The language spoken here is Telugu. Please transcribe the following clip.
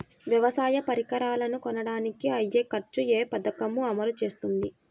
వ్యవసాయ పరికరాలను కొనడానికి అయ్యే ఖర్చు ఏ పదకము అమలు చేస్తుంది?